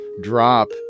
drop